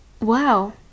wow